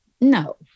No